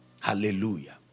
Hallelujah